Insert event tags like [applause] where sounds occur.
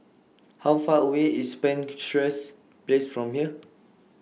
[noise] How Far away IS Penshurst Place from here